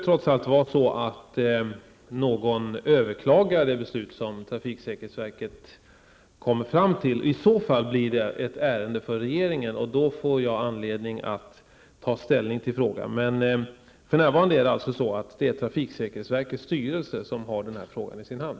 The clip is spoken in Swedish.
Trots allt kan någon komma att överklaga detta beslut. I så fall blir det ett ärende för regeringen, och då får jag anledning att ta ställning till frågan. För närvarande är det alltså trafiksäkerhetsverkets styrelse som har frågan i sin hand.